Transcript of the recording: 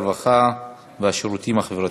הרווחה והשירותים החברתיים.